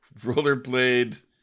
rollerblade